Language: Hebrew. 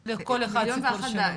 להיות מיליון ואחת סיבות,